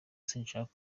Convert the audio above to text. sinshaka